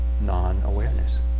non-awareness